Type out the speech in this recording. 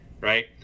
right